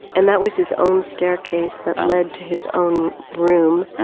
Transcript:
and that was his own staircase that led to his own room,